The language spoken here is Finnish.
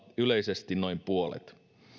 yleisesti noin puolet